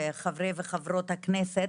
חברי וחברות הכנסת,